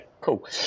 cool